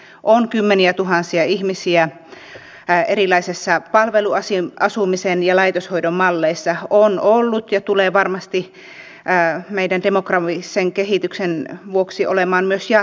meillä on kymmeniätuhansia ihmisiä erilaisissa palveluasumisen ja laitoshoidon malleissa ollut ja tulee varmasti meidän demografisen kehityksen vuoksi olemaan myös jatkossa